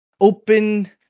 open